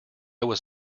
was